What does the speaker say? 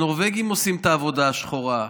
הנורבגים עושים את העבודה השחורה.